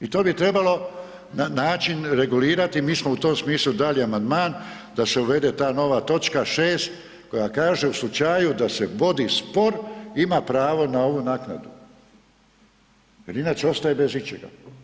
I to bi trebalo na način regulirati, mi smo u tom smislu dali amandman da se uvede ta nova točka 6 koja kaže u slučaju da se vodi spor ima pravo na ovu naknadu jer inače ostaje bez ičega.